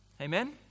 Amen